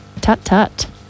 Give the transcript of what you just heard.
Tut-tut